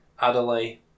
Adelaide